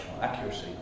accuracy